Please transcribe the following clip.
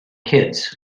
kids